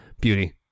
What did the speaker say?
Beauty